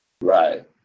Right